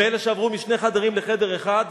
אלה שעברו משני חדרים לחדר אחד,